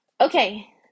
Okay